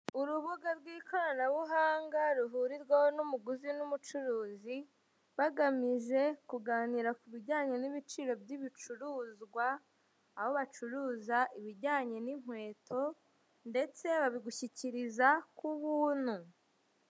Urubuga rw'ikoranabuhanga, ruhurirwaho n'umuguzi n'ubucuruzi, bagamije kuganira ku bijyanye n'ibiciro by'ibicurizwa, aho bacuruza ibijyanye n'inkweto, ndetse babigushyikiriza ku buntu.